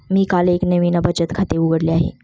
मी काल एक नवीन बचत खाते उघडले आहे